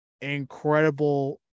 incredible